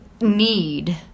need